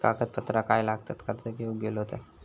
कागदपत्रा काय लागतत कर्ज घेऊक गेलो तर?